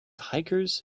hikers